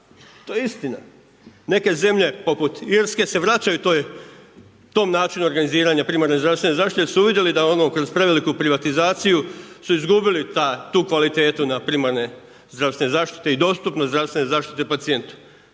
To je istina, neke zemlje, poput Irske se vraćaju tom načinu organiziranja primarne zdravstvene zaštite, jer su vidjeli da onu kroz preveliku organizaciju su izgubili tu kvalitetu na primarne zdravstvene zaštite i dostupnost zdravstvene zaštite pacijentu.